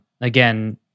again